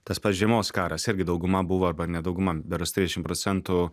tas pats žiemos karas irgi dauguma buvo arba ne dauguma berods trisdešim procentų